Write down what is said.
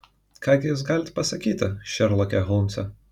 ką gi jūs galit pasakyti šerloke holmse